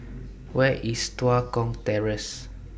Where IS Tua Kong Terrace